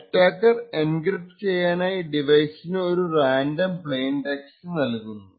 attacker encrypt ചെയ്യാനായി ഡിവൈസിനു ഒരു റാൻഡം പ്ലെയിൻ ടെക്സ്റ്റ് നൽകുന്നു